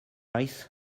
ice